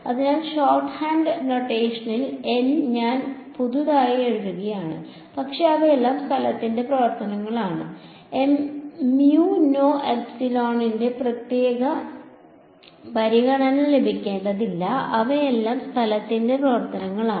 അതിനാൽ ഷോർട്ട്ഹാൻഡ് നൊട്ടേഷനിൽN ഞാൻ ഇത് പുതിയതായി എഴുതുകയാണ് പക്ഷേ അവയെല്ലാം സ്ഥലത്തിന്റെ പ്രവർത്തനങ്ങളാണ് mu നോ എപ്സിലോണിനോ പ്രത്യേക പരിഗണന നൽകേണ്ടതില്ല അവയെല്ലാം സ്ഥലത്തിന്റെ പ്രവർത്തനങ്ങളാണ്